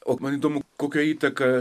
o man įdomu kokią įtaką